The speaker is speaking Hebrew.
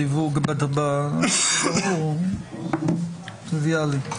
זה ברור וטריוויאלי.